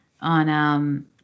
on